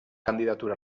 candidatura